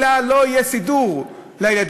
לה לא יהיה סידור לילדים.